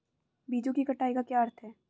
बीजों की कटाई का क्या अर्थ है?